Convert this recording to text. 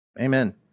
Amen